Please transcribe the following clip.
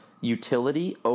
utility